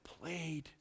played